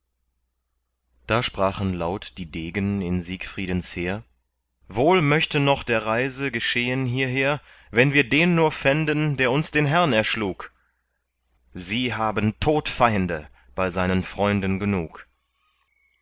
da sprachen laut die degen in siegfriedens heer wohl möchte noch die reise geschehen hierher wenn wir den nur fänden der uns den herrn erschlug sie haben todfeinde bei seinen freunden genug